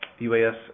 UAS